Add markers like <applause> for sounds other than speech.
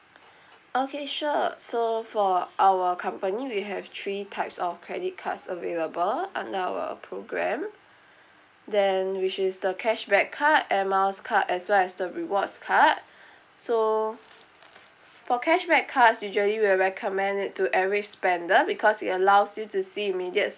okay sure so for our company we have three types of credit cards available under our program then which is the cashback card air miles card as well as the rewards card <breath> so for cashback cards usually we'll recommend it to every spender because it allows you to see immediate